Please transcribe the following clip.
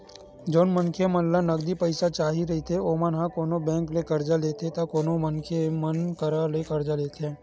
जउन मनखे मन ल नगदी पइसा चाही रहिथे ओमन ह कोनो बेंक ले करजा लेथे ते कोनो मनखे मन करा ले करजा लेथे